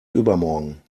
übermorgen